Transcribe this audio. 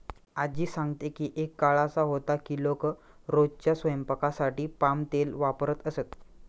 आज्जी सांगते की एक काळ असा होता की लोक रोजच्या स्वयंपाकासाठी पाम तेल वापरत असत